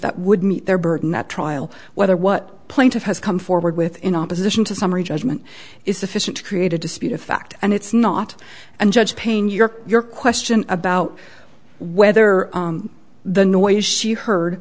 that would meet their burden that trial whether what plaintiff has come forward with in opposition to summary judgment is sufficient to create a disputed fact and it's not and judge payne york your question about whether the noise she heard